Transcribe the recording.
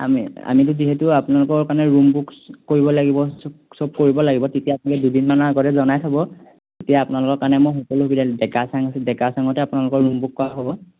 আমি আমিতো যিহেতু আপোনালোকৰ কাৰণে ৰুম বুক কৰিব লাগিব সব কৰিব লাগিব তেতিয়া আপোনালোকে দুদিনমানৰ আগতে জনাই থ'ব তেতিয়া আপোনালোকৰ কাৰণে মই সকলো সুবিধা ডেকাচাং আছে ডেকা চাঙতে আপোনালোকৰ ৰুম বুক কৰা হ'ব